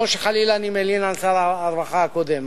לא שחלילה אני מלין על שר הרווחה הקודם,